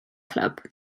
clwb